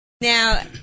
Now